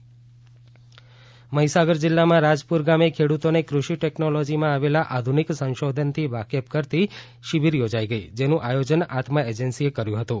Mahisagar Atma project Mahisagar જિલ્લામાં રાજપુર ગામે ખેડૂતોને કૃષિ ટેકનૉલોજિમાં આવેલા આધુનિક સંશોધનથી વાકેફ કરતી શિબિર યોજાઈ જેનું આયોજન આત્મા એજન્સીએ કર્યું હતું